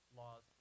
laws